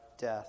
death